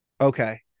Okay